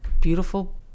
beautiful